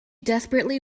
desperately